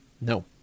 No